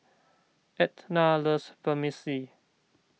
Etna loves Vermicelli